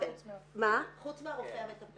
חוץ מהרופא המטפל.